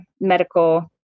medical